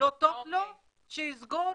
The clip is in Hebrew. לא טוב לו, שיסגור,